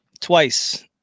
twice